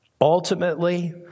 ultimately